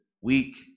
weak